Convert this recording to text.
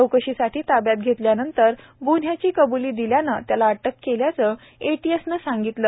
चौकशीसाठी ताब्यात घेतल्यानंतर ग्न्ह्याची कब्ली दिल्यानं त्याला अटक केल्याचं ए टी एस नं सांगितलं